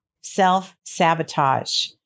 Self-Sabotage